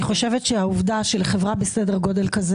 אני חושבת שהעובדה שלחברה בסדר גודל כזה